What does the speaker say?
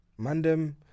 Mandem